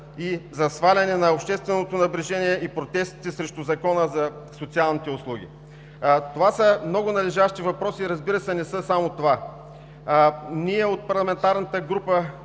ѝ за сваляне на общественото напрежение и протестите срещу Закона за социалните услуги? Това са много належащи въпроси и, разбира се, не са само това. Ние, от парламентарната група